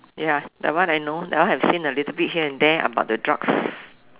ya that one I know that one have seen a little bit here and there about the drugs